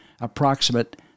approximate